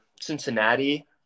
Cincinnati